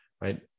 Right